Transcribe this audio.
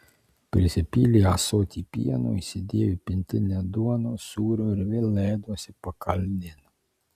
prisipylė ąsotį pieno įsidėjo į pintinę duonos sūrio ir vėl leidosi pakalnėn